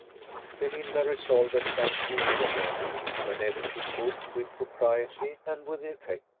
belinda resolved at some future moment, whenever she could, with propriety and with effect,